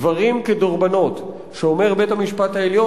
דברים כדרבונות שאומר בית-המשפט העליון.